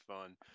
fun